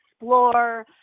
explore